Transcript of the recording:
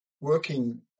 working